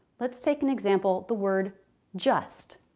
let's take an example the word just.